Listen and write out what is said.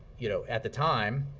you know at the time